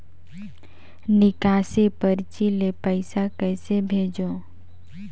निकासी परची ले पईसा कइसे भेजों?